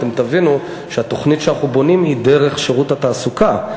אתם תבינו שהתוכנית שאנחנו בונים היא דרך שירות התעסוקה.